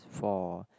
for